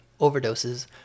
overdoses